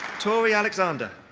tory alexander.